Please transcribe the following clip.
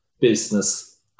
business